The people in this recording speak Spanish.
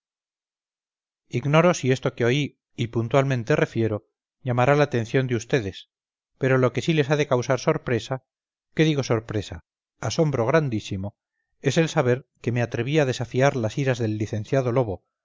ignoro si esto que oí y puntualmente refiero llamará la atención de vds pero lo que sí les ha de causar sorpresa qué digo sorpresa asombro grandísimo es el saber que me atreví a desafiar las iras del licenciado lobo